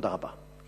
תודה רבה.